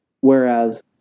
whereas